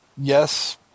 yes